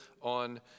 on